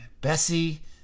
Bessie